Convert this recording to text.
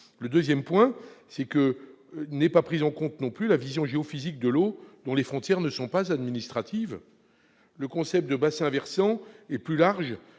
! Par ailleurs, n'est pas non plus prise en compte la vision géophysique de l'eau, dont les frontières ne sont pas administratives. Le concept de bassins versants est plus large